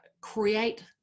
create